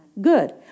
Good